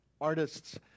artists